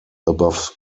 above